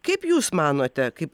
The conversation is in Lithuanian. kaip jūs manote kaip